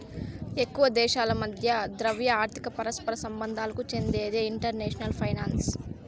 ఎక్కువ దేశాల మధ్య ద్రవ్య, ఆర్థిక పరస్పర సంబంధాలకు చెందిందే ఇంటర్నేషనల్ ఫైనాన్సు